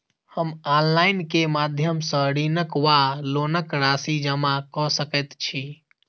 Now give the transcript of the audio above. हम ऑनलाइन केँ माध्यम सँ ऋणक वा लोनक राशि जमा कऽ सकैत छी?